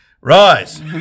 Rise